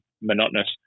monotonous